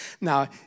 Now